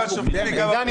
עידן,